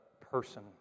person